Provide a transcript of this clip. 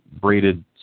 braided